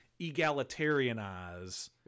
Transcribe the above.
egalitarianize